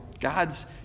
God's